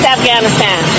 Afghanistan